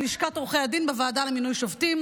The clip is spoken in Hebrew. לשכת עורכי הדין בוועדה למינוי שופטים.